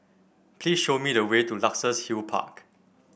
please show me the way to Luxus Hill Park